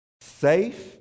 Safe